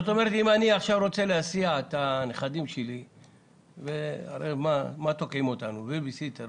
אם אני עכשיו רוצה להסיע את הנכדים שלי כבייבי סיטר,